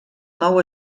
nou